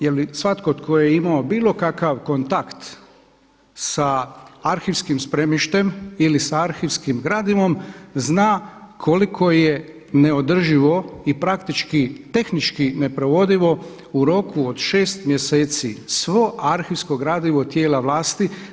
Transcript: Jer svatko tko je imao bilo kakav kontakt sa arhivskim spremištem ili sa arhivskim gradivom zna koliko je neodrživo i praktički tehnički neprovodivo u roku od šest mjeseci svo arhivsko gradivo tijela vlasti.